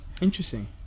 Interesting